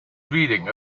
reading